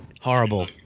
Horrible